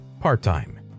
part-time